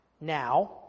Now